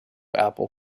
apple